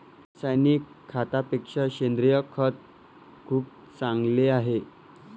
रासायनिक खतापेक्षा सेंद्रिय खत खूप चांगले आहे